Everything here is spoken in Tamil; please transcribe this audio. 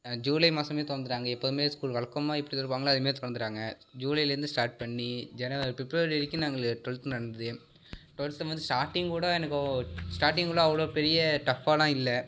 ஜூலை மாதமே திறந்துட்டாங்க எப்போதும் ஸ்கூல் வழக்கமா எப்படி திறப்பாங்களோ அதேமாரி திறந்துட்டாங்க ஜூலையிலேருந்து ஸ்டார்ட் பண்ணி ஜனவ பிப்ரவரி வரைக்கும் நாங்கள் ட்வெல்த் நடந்துது ட்வெல்த்தும் வந்து ஸ்டார்ட்டிங்கூட எனக்கு ஓ ஸ்டார்ட்டிங்கூட அவ்வளோ பெரிய டஃப்பாவெலாம் இல்லை